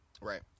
right